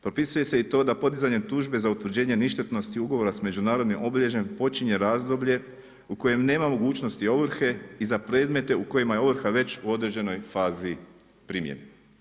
Propisuje se i to da podizanjem tužbe za utvrđenje ništetnosti ugovora sa međunarodnim obilježjem počinje razdoblje u kojem nema mogućnosti ovrhe i za predmete u kojima je ovrha veću određenoj fazi primjene.